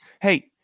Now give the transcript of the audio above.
hey